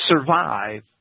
survive